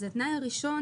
התנאי הראשון,